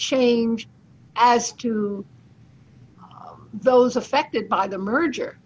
change as to those affected by the merger